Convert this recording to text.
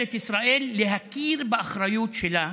מממשלת ישראל להכיר באחריות שלה,